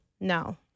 No